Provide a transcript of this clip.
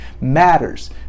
matters